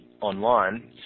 online